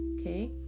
okay